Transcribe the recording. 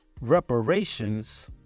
reparations